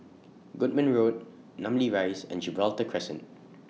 Goodman Road Namly Rise and Gibraltar Crescent